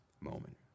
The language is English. moment